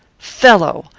fellow!